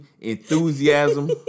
enthusiasm